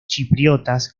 chipriotas